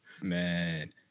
Man